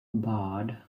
barred